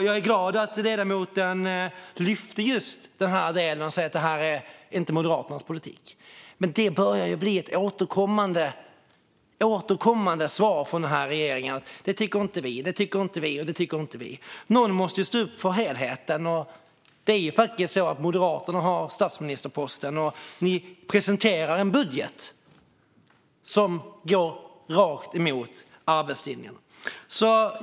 Jag är glad att ledamoten lyfte upp just den delen och sa att det inte är Moderaternas politik. Men det börjar bli ett återkommande svar från den här regeringen: "Det tycker inte vi, och det tycker inte vi." Någon måste stå upp för helheten. Moderaterna har faktiskt statsministerposten, och ni presenterar en budget som går rakt emot arbetslinjen.